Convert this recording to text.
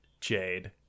jade